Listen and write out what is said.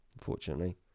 unfortunately